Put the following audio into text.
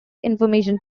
information